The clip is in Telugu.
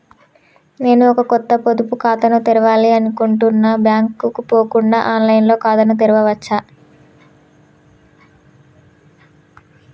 నేను ఒక కొత్త పొదుపు ఖాతాను తెరవాలని అనుకుంటున్నా బ్యాంక్ కు పోకుండా ఆన్ లైన్ లో ఖాతాను తెరవవచ్చా?